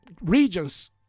regions